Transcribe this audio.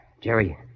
Jerry